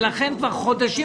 לכן כבר חודשים